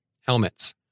Helmets